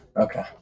Okay